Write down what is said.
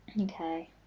Okay